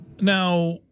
Now